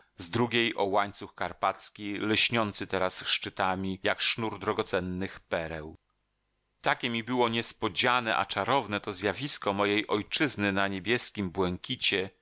z drugiej o łańcuch karpacki lśniący teraz szczytami jak sznur drogocennych pereł takie mi było niespodziane a czarowne to zjawisko mojej ojczyzny na niebieskim błękicie